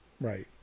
Right